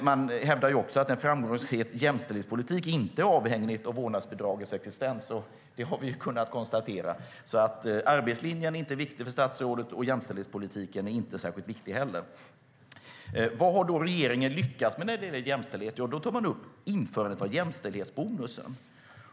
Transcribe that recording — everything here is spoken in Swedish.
Han hävdar också att en framgångsrik jämställdhetspolitik inte är avhängig av vårdnadsbidragets existens, och det har vi ju kunnat konstatera. Arbetslinjen är alltså inte viktig för statsrådet, och det är inte heller jämställdhetspolitiken. Vad har då regeringen lyckats med när det gäller jämställdhet? Jo, då tar man upp införandet av jämställdhetsbonusen.